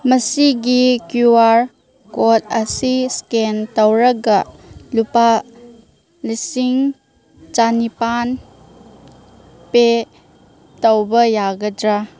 ꯃꯁꯤꯒꯤ Q R code ꯑꯁꯤ scan ꯇꯧꯔꯒ ꯂꯨꯄꯥ ꯂꯤꯁꯤꯡ ꯆꯥꯅꯤꯄꯥꯟ ꯄꯦ ꯇꯧꯕ ꯌꯥꯒꯗ꯭ꯔꯥ